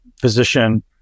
physician